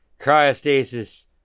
cryostasis